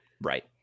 Right